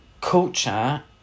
culture